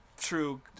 true